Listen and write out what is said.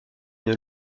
une